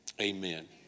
amen